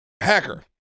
Hacker